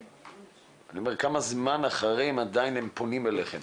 אני אומר כמה זמן אחרי הם עדיין פונים אליכם?